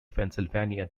pennsylvania